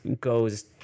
goes